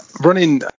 running